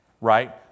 Right